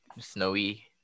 snowy